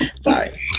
Sorry